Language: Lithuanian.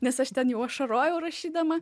nes aš ten jau ašarojau rašydama